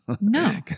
No